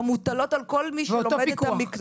המוטלות על כל מי שלומד את המקצוע.